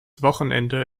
wochenende